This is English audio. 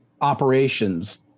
operations